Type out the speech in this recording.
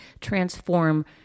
transform